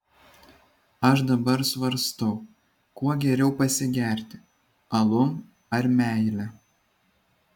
aš dabar svarstau kuo geriau pasigerti alum ar meile